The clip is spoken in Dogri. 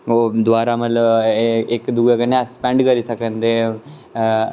ओह् दुआरा मतलब इक दुए कन्नै अस स्पेंड करी सकदे